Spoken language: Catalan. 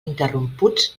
interromputs